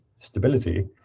stability